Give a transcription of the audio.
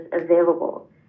available